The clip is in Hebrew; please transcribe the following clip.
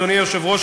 אדוני היושב-ראש,